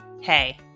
Hey